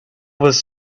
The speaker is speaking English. was